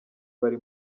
bari